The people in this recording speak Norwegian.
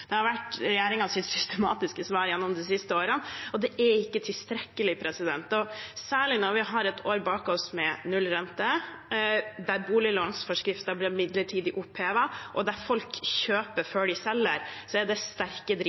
Det har vært regjeringens systematiske svar de siste årene, og det er ikke tilstrekkelig. Særlig når vi har et år bak oss med nullrente, der boliglånsforskriften ble midlertidig opphevet, og der folk kjøper før de selger, er det sterke